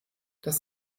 dass